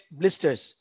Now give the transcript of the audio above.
blisters